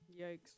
Yikes